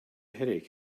headache